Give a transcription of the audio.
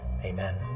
Amen